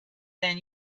than